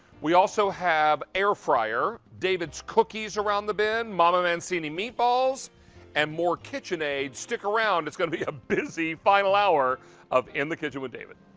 we also have air fryer, david's cookies around the bend, mom and scenic meatballs and more kitchenaid. stick around, it's going to be a busy final hour of in the kitchen with david.